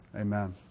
amen